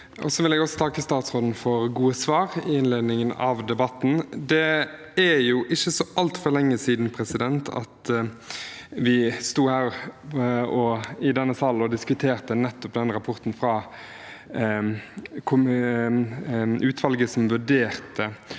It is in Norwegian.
så vil jeg takke statsråden for gode svar i innledningen av debatten. Det er ikke så altfor lenge siden vi sto her i denne sal og diskuterte nettopp rapporten fra utvalget som vurderte